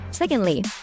Secondly